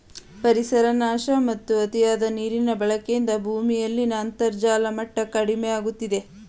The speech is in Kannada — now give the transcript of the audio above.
ಪರಿಸರ ನಾಶ ಮತ್ತು ಅತಿಯಾದ ನೀರಿನ ಬಳಕೆಯಿಂದ ಭೂಮಿಯಲ್ಲಿನ ಅಂತರ್ಜಲದ ಮಟ್ಟ ಕಡಿಮೆಯಾಗುತ್ತಿದೆ